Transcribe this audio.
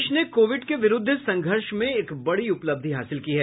देश ने कोविड के विरूद्ध संघर्ष में एक बड़ी उपलब्धि हासिल की है